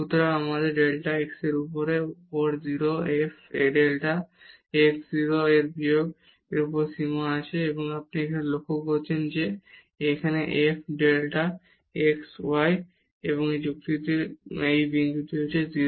সুতরাং আমাদের delta x এর উপর 0 f ডেল্টা x 0 বিয়োগ f 0 0 এর সীমা আছে এবং এখন আপনি লক্ষ্য করেছেন যে এই f ডেল্টা x 0 সুতরাং যুক্তির এই বিন্দুটি 0